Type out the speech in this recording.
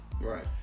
Right